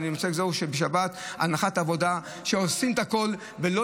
זה שבשבת הנחת העבודה היא שעושים את הכול ולא